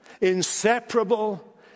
inseparable